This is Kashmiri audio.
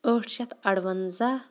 ٲٹھ شیٚتھ اَروَنٛزہ